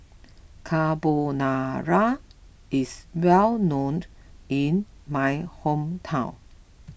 Carbonara is well known in my hometown